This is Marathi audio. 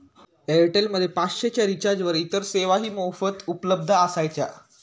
एअरटेल मध्ये पाचशे च्या रिचार्जवर इतर सेवाही मोफत उपलब्ध असायच्या